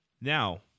Now